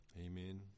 Amen